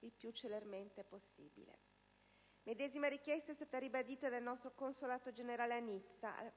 il più celermente possibile. Medesima richiesta è stata ribadita dal nostro consolato generale a Nizza